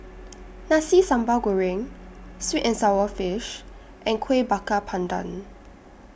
Nasi Sambal Goreng Sweet and Sour Fish and Kueh Bakar Pandan